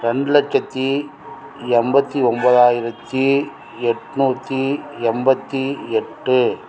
ரெண்டு லட்சத்து எண்பத்தி ஒம்பதாயிரத்தி எட்நூற்றி எண்பத்தி எட்டு